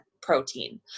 protein